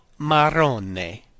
marrone